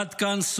עד כאן.